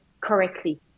correctly